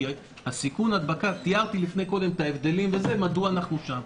כי סיכון ההדבקה תיארתי קודם את ההבדלים מדוע אנחנו שם.